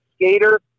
skater